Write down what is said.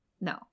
No